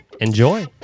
enjoy